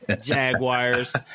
Jaguars